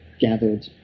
gathered